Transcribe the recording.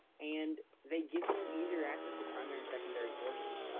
and they give you easier access to primary and secondary sources.